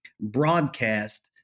broadcast